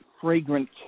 fragrant